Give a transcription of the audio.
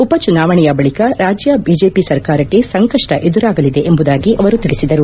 ಉಪ ಚುನಾವಣೆಯ ಬಳಕ ರಾಜ್ಯ ಬಿಜೆಪಿ ಸರ್ಕಾರಕ್ಕೆ ಸಂಕಷ್ಟ ಎದುರಾಗಲಿದೆ ಎಂಬುದಾಗಿ ಅವರು ತಿಳಿಸಿದರು